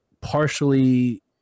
partially